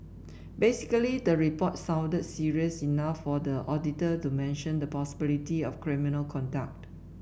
basically the report sounded serious enough for the auditor to mention the possibility of criminal conduct